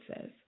says